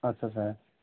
आदसा सा